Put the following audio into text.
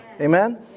Amen